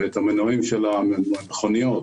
מכוניות,